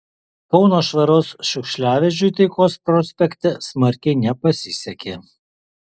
kauno švaros šiukšliavežiui taikos prospekte smarkiai nepasisekė